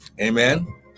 amen